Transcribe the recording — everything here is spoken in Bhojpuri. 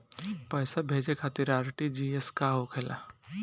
पैसा भेजे खातिर आर.टी.जी.एस का होखेला?